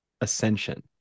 Ascension